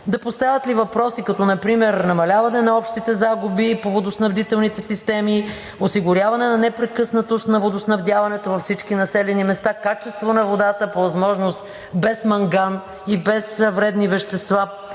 да поставят ли въпроси, като например: намаляване на общите загуби по водоснабдителните системи, осигуряване на непрекъснатост на водоснабдяването във всички населени места, качество на водата, по възможност без манган и без вредни вещества,